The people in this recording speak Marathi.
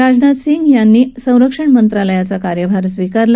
राजनाथ सिंह यांनीही काल संरक्षण मंत्रालयाचा कार्यभार स्वीकारला